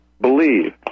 believe